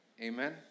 Amen